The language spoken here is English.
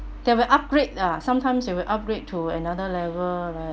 they will upgrade ah sometimes they will upgrade to another level like